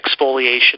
exfoliation